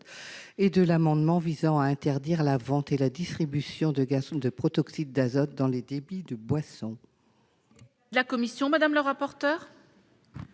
et de l'amendement visant à interdire la vente et la distribution de gaz protoxyde d'azote dans les débits de boissons.